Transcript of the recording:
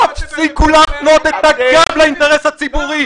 תפסיקו להפנות את הגב לאינטרס הציבורי,